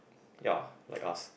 ya like us